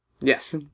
Yes